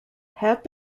have